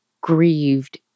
grieved